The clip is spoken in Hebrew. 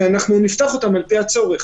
ונפתח אותם על פי הצורך.